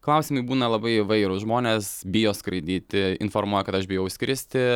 klausimai būna labai įvairūs žmonės bijo skraidyti informuoja kad aš bijau skristi